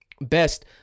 best